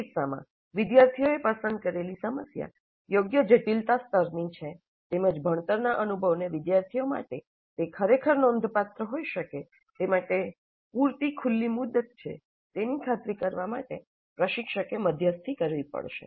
આ કિસ્સામાં વિદ્યાર્થીઓએ પસંદ કરેલી સમસ્યા યોગ્ય જટિલતા સ્તરની છે તેમજ ભણતરના અનુભવને વિદ્યાર્થીઓ માટે તે ખરેખર નોંધપાત્ર હોઈ શકે તે માટે પૂરતી ખુલ્લી મુદત છે તેની ખાતરી કરવા માટે પ્રશિક્ષકે મધ્યસ્થી કરવી પડશે